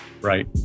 Right